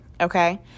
okay